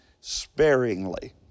sparingly